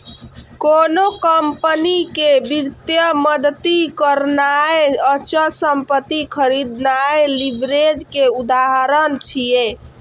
कोनो कंपनी कें वित्तीय मदति करनाय, अचल संपत्ति खरीदनाय लीवरेज के उदाहरण छियै